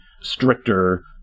stricter